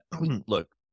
Look